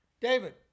David